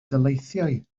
daleithiau